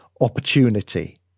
opportunity